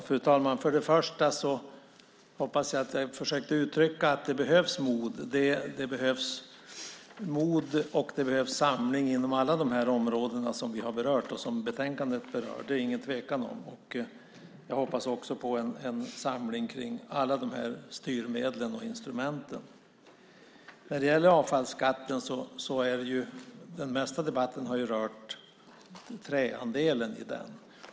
Fru talman! Jag hoppas att jag försökte uttrycka att det behövs mod och samling inom alla de områden som vi har berört och som betänkandet berör. Det är det ingen tvekan om. Jag hoppas också på en samling kring alla dessa styrmedel och instrument. När det gäller avfallsskatten har debatten mest rört träandelen i den.